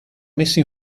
messi